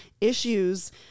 issues